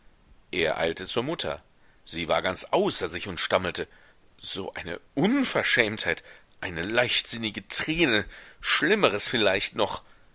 er eilte zur mutter sie war ganz außer sich und stammelte so eine unverschämtheit eine leichtsinnige trine schlimmeres vielleicht noch